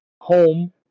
home